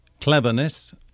cleverness